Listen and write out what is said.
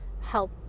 help